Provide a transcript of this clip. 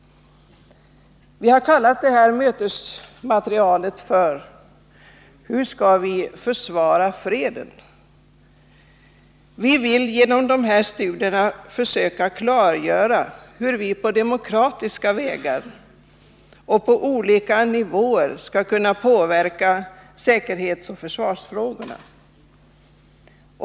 Vi har kallat det här mötesmaterialet Hur skall vi försvara freden? Vi vill genom studierna försöka klargöra hur vi på demokratiska vägar och på olika nivåer skall kunna påverka säkerhetsoch försvarsfrågorna.